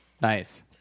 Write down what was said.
Nice